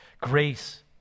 grace